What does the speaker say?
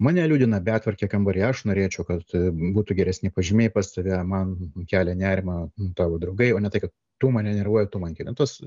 mane liūdina betvarkė kambary aš norėčiau kad būtų geresni pažymiai pas tave man kelia nerimą tavo draugai o ne tai kad tu mane nervuoji tu man keli tas